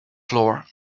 floor